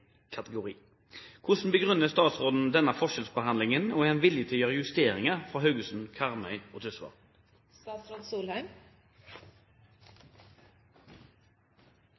Hvordan begrunner statsråden denne forskjellsbehandlingen, og er han villig til å gjøre justeringer for Haugesund, Karmøy og